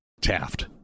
Taft